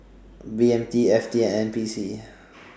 B M T F T and N P C